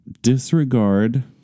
disregard